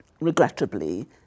regrettably